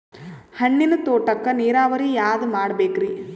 ಹಣ್ಣಿನ್ ತೋಟಕ್ಕ ನೀರಾವರಿ ಯಾದ ಮಾಡಬೇಕ್ರಿ?